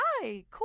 hi